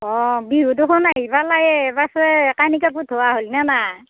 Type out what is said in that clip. অ বিহু দেখোন আহি পালেই পাছে কানি কাপোৰ ধোৱা হ'লনে নাই